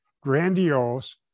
grandiose